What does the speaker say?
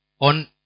on